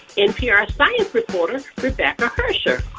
npr science reporter rebecca hersher.